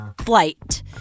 flight